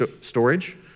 storage